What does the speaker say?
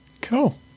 cool